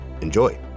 Enjoy